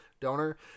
donor